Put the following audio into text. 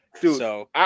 Dude